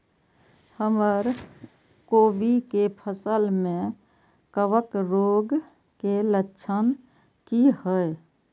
हमर कोबी के फसल में कवक रोग के लक्षण की हय?